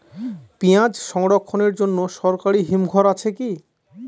পিয়াজ সংরক্ষণের জন্য সরকারি হিমঘর আছে কি?